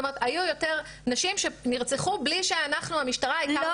היו יותר נשים שנרצחו בלי שאנחנו המשטרה היתה מעורבת.